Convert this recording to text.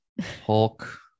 Hulk